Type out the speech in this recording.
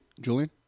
Julian